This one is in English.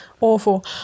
awful